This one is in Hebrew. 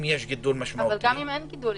אם יש גידול משמעותי --- אבל גם אם אין גידול,